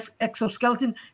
exoskeleton